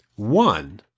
One